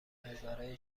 هزاره